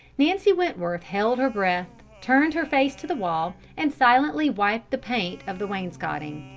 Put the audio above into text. nancy wentworth held her breath, turned her face to the wall, and silently wiped the paint of the wainscoting.